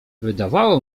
wydawało